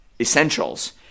essentials